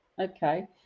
Okay